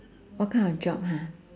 what kind of job ha